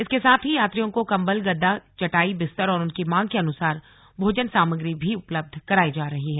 इसके साथ ही यात्रियों को कम्बल गद्दा चटाई बिस्तर और उनकी मांग के अनुसार भोजन सामग्री भी उपलब्ध कराई जा रही है